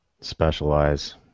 Specialize